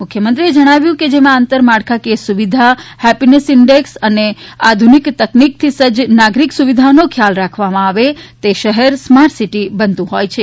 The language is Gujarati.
મુખ્યમંત્રીશ્રીએ જણાવ્યું કે જેમાં આંતરમાળખાકીય સુવિધા હેપ્પીનેસ ઈન્ડેક્સ અને અત્યાધુનિક તકનીકથી સજ્જ નાગરિક સુવિધાઓનો ખ્યાલ રાખવામાં આવે તે શહેર સ્માર્ટ સિટી બનતું હોય છે